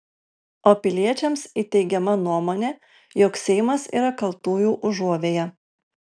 o piliečiams įteigiama nuomonė jog seimas yra kaltųjų užuovėja